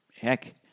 heck